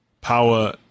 power